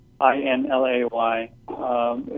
I-N-L-A-Y